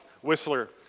Whistler